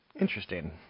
Interesting